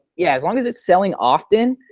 yeah as long as it's selling often,